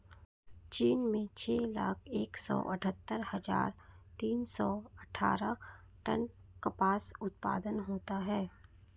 चीन में छह लाख एक सौ अठत्तर हजार तीन सौ अट्ठारह टन कपास उत्पादन होता है